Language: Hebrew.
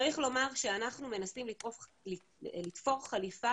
צריך לומר שאנחנו מנסים לתפור חליפה